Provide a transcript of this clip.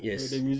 yes